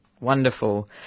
Wonderful